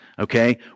Okay